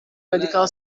medical